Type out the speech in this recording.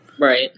right